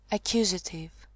Accusative